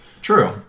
True